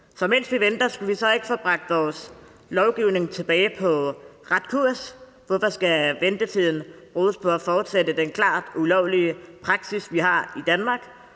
Så mens vi venter, skal vi så ikke få bragt vores lovgivning tilbage på ret kurs? Hvorfor skal ventetiden bruges på at fortsætte den klart ulovlige praksis, vi har i Danmark?